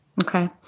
Okay